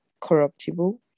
corruptible